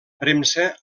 premsa